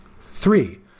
Three